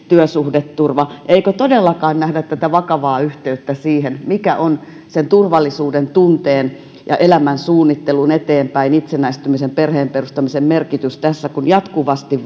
työsuhdeturva eikö todellakaan nähdä tätä vakavaa yhteyttä siihen mikä on sen turvallisuudentunteen ja elämän suunnittelun eteenpäin itsenäistymisen perheen perustamisen merkitys tässä kun jatkuvasti